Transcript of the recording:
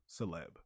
celeb